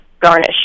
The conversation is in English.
garnish